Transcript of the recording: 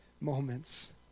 moments